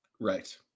right